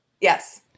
Yes